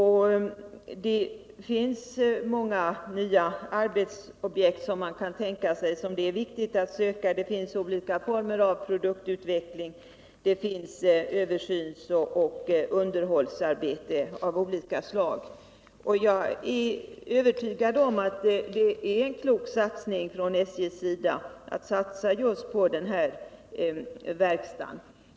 Det finns många nya arbetsobjekt som man kan tänka sig att utveckla. Det finns olika former av produktutveckling, och det finns översynsoch underhållsarbeten av olika slag. Jag är övertygad om att det från SJ:s sida är klokt att satsa just på den här verkstaden.